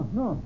no